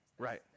Right